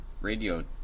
radio